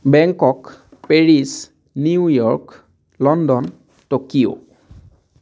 Bangkok Paris New York London Tokyo